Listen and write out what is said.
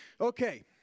okay